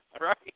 Right